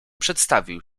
przedstawił